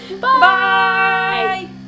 Bye